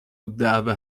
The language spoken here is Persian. الدعوه